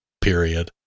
period